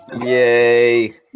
Yay